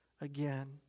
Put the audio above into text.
again